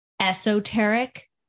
esoteric